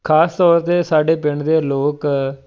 ਖ਼ਾਸ ਤੌਰ 'ਤੇ ਸਾਡੇ ਪਿੰਡ ਦੇ ਲੋਕ